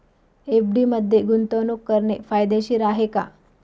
FD मध्ये गुंतवणूक करणे फायदेशीर आहे का?